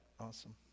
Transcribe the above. awesome